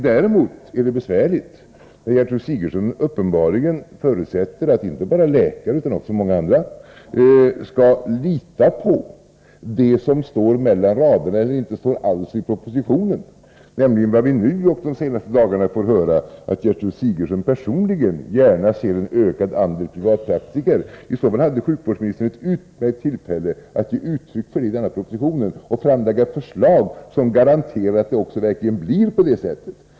Däremot är det besvärligt att Gertrud Sigurdsen uppenbarligen förutsätter att inte bara läkare utan också många andra skall lita på det som står mellan raderna -— eller det som inte alls står —i propositionen. Det gäller vad vi nu fått höra, och vad vi hört de senaste dagarna, nämligen att Gertrud Sigurdsen personligen gärna ser en ökad andel privatpraktiker. I så fall hade sjukvårdsministern ett utmärkt tillfälle att ge uttryck för det i den här propositionen. Hon kunde då ha lagt fram ett förslag som garanterar att det verkligen blir på det sättet.